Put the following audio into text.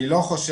אני לא חושב